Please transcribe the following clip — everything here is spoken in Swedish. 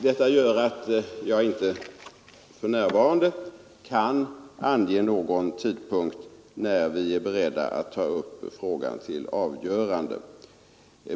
Detta gör att jag för närvarande inte kan ange någon tidpunkt när vi är beredda att ta upp frågan till avgörande.